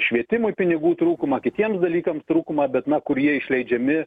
švietimui pinigų trūkumą kitiems dalykams trūkumą bet na kur jie išleidžiami